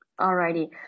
Alrighty